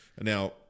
Now